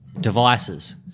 devices